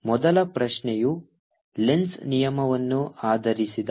ಆದ್ದರಿಂದ ಮೊದಲ ಪ್ರಶ್ನೆಯು ಲೆನ್ಜ್Lenz's ನಿಯಮವನ್ನು ಆಧರಿಸಿದೆ